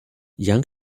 young